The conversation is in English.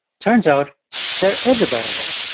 turns out there is a better way.